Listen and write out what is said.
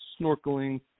snorkeling